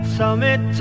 summit